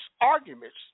arguments